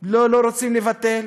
לא רוצים לבטל?